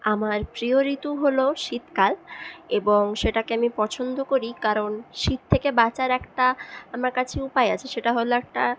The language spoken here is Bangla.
আমার প্রিয় ঋতু হল শীতকাল এবং সেটাকে আমি পছন্দ করি কারণ শীত থেকে বাঁচার একটা আমার কাছে উপায় আছে সেটা হল একটা